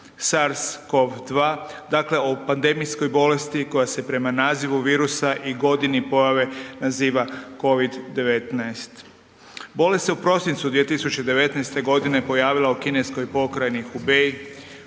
SARS-COV-2 dakle o pandemijskoj bolesti koja se prema nazivu virusa i godini pojave naziva Covid-19. Bolest se u prosincu 2019. godine pojavila u kineskoj pokrajini Hubei